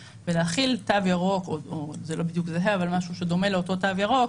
ולהחיל תו ירוק זה לא בדיוק זהה אבל משהו שדומה לאותו תו ירוק